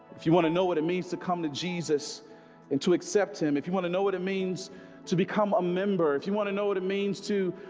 if you want to know what it means to come to jesus and to accept him if you want to know what it means to become a member if you want to know what it means to